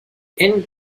end